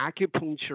acupuncture